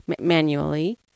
manually